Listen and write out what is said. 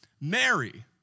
Mary